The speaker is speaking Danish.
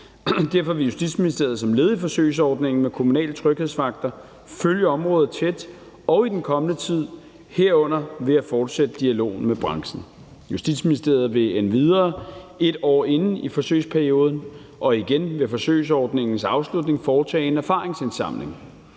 Derfor vil Justitsministeriet som led i forsøgsordningen med kommunale tryghedsvagter følge området tæt i den kommende tid, herunder ved at fortsætte dialogen med branchen. Justitsministeriet vil endvidere et år inde i forsøgsperioden og igen ved forsøgsordningens afslutning foretage en erfaringsindsamling.